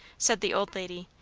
said the old lady,